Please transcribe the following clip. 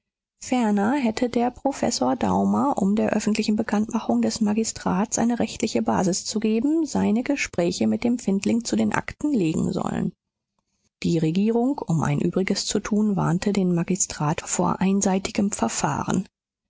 ferner hätte der professor daumer um der öffentlichen bekanntmachung des magistrats eine rechtliche basis zu geben seine gespräche mit dem findling zu den akten legen sollen die regierung um ein übriges zu tun warnte den magistrat vor einseitigem verfahren